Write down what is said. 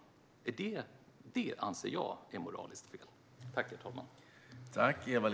Det anser jag är moraliskt fel.